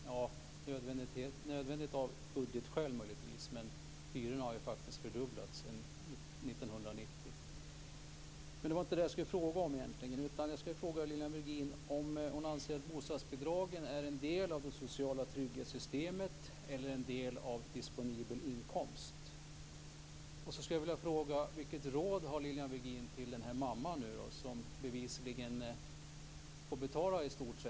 Det kan möjligtvis vara nödvändigt av budgetskäl, men hyrorna har faktiskt fördubblats sedan 1990.